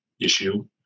issue